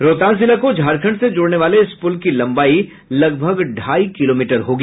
रोहतास जिला को झारखंड से जोड़ने वाले इस पुल की लम्बाई लगभग ढ़ाई किलोमीटर होगी